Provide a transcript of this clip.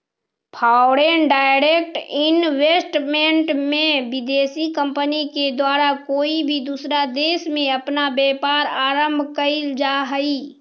foreign direct investment में विदेशी company के द्वारा कोई दूसरा देश में अपना व्यापार आरंभ कईल जा हई